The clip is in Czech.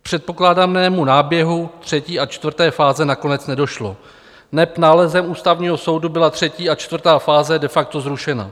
K předpokládanému náběhu třetí a čtvrté fáze nakonec nedošlo, neb nálezem Ústavního soudu byla třetí a čtvrtá fáze de facto zrušena.